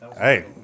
Hey